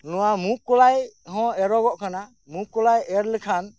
ᱱᱚᱣᱟ ᱢᱩᱜᱽ ᱠᱚᱞᱟᱭ ᱦᱚᱸ ᱮᱨᱚᱜᱚᱜ ᱠᱟᱱᱟ ᱢᱩᱸᱜᱽ ᱠᱚᱞᱟᱭ ᱮᱨ ᱞᱮᱠᱷᱟᱱ